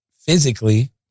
physically